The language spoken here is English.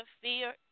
fear